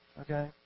Okay